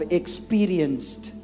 experienced